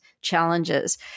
challenges